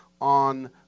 on